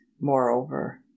moreover